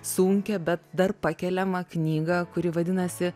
sunkią bet dar pakeliamą knygą kuri vadinasi